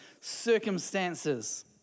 circumstances